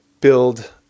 build